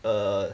err